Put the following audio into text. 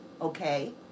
okay